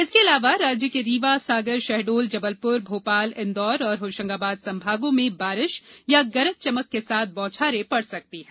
इसके अलावा राज्य के रीवा सागर शहडोल जबलपुर भोपाल इंदौर और होशंगाबाद संभागों में बारिश या गरज चमक के साथ बौछारें पड़ सकती है